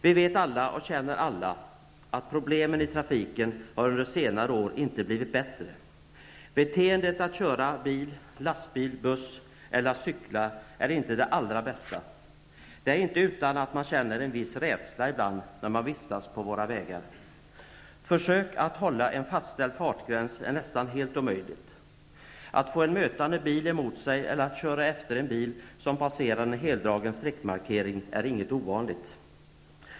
Vi vet och känner alla att problemen i trafiken under senare år inte har blivit mindre. Beteendet när det gäller att köra bil, lastbil eller buss eller när det gäller att cykla är inte det allra bästa. Det är inte utan att man ibland känner en viss rädsla när man vistas ute på våra vägar. Att försöka hålla en fastställd fartgräns är nästan helt omöjligt. Att en mötande bil eller en bakomvarande bil passerar trots heldragen streckmarkering är inte ovanligt.